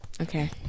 okay